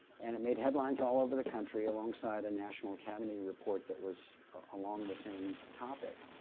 and it made headlines all over the country alongside a national academy report that was along the same topic,